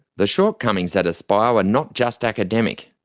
the shortcomings at aspire were not just academic.